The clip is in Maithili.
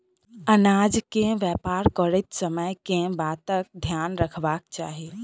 अनाज केँ व्यापार करैत समय केँ बातक ध्यान रखबाक चाहि?